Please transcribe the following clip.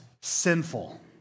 Sinful